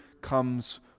comes